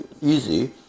easy